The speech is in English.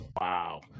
Wow